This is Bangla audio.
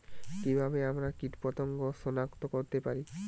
কিভাবে আমরা কীটপতঙ্গ সনাক্ত করতে পারি?